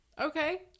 Okay